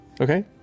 Okay